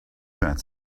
that